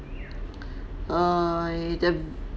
err the